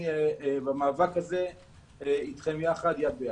אני במאבק הזה אתכם יחד יד ביד.